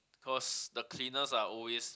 cause the cleaners are always